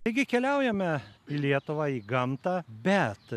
taigi keliaujame į lietuvą į gamtą bet